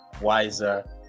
wiser